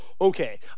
okay